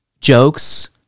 jokes